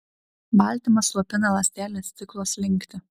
baltymas slopina ląstelės ciklo slinktį